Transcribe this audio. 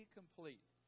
complete